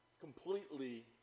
completely